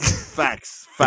Facts